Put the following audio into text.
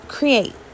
create